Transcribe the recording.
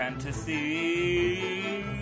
Fantasy